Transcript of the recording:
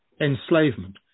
enslavement